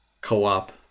co-op